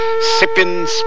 sipping